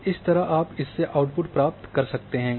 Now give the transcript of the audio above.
तो इसी तरह आप इससे आउट्पुट प्राप्त कर सकते हैं